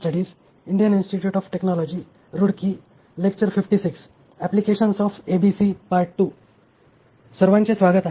सर्वांचे स्वागत आहे